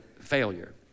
failure